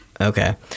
Okay